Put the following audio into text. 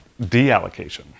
deallocation